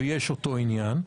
ויש אותו עניין,